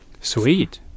Sweet